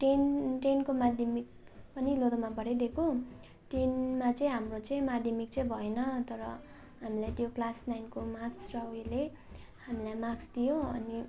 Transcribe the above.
ten टेनको माध्यमिक पनि लोधोमाबाटै दिएको टेनमा चाहिँ हाम्रो चाहिँ माध्यमिक चाहिँ भएन तर हामीले त्यो क्लास नाइनको मार्क्स र उयोले हामीलाई मार्क्स दियो अनि